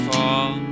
fall